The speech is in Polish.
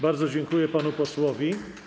Bardzo dziękuję panu posłowi.